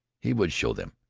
he would show them!